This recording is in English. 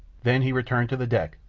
then he returned to the deck,